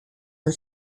and